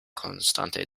constante